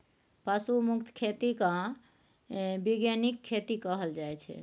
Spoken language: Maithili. पशु मुक्त खेती केँ बीगेनिक खेती कहल जाइ छै